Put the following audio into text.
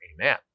amen